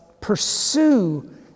pursue